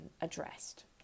addressed